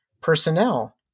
personnel